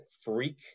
freak